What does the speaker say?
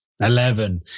Eleven